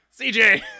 CJ